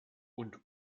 und